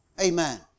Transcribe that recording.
Amen